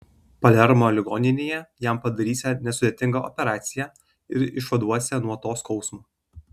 palermo ligoninėje jam padarysią nesudėtingą operaciją ir išvaduosią nuo to skausmo